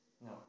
No